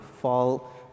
fall